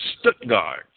Stuttgart